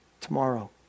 tomorrow